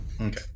Okay